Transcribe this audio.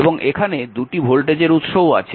এবং এখানে 2টি ভোল্টেজের উৎসও আছে